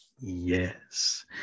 Yes